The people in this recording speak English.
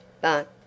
But